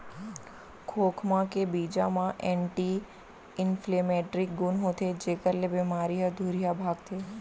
खोखमा के बीजा म एंटी इंफ्लेमेटरी गुन होथे जेकर ले बेमारी ह दुरिहा भागथे